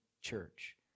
church